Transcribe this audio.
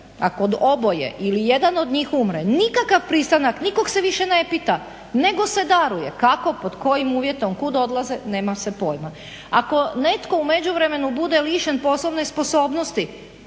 ako oboje ili jedan od njih umre nikakav pristanak nikog se više ne pita nego se daruje. Kako pod kojim uvjetom, kuda odlaze nema se pojma. Ako netko u međuvremenu bude lišen poslovne sposobnosti